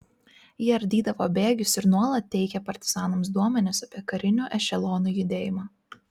ji ardydavo bėgius ir nuolat teikė partizanams duomenis apie karinių ešelonų judėjimą